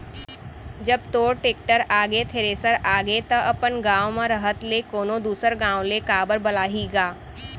जब तोर टेक्टर आगे, थेरेसर आगे त अपन गॉंव म रहत ले कोनों दूसर गॉंव ले काबर बलाही गा?